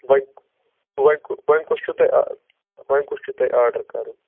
وۄنۍ وۄنۍ کُ وۄنۍ کُس چھُو تۄہہِ وۄںۍ کُس چھُو تۄہہِ آرڈر کَرُن